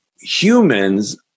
humans